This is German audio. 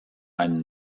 einen